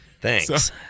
thanks